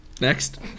next